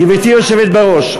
גברתי היושבת בראש,